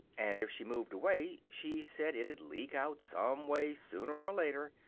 and if she moved away, she said, it'd leak out some way sooner or later.